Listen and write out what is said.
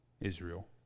Israel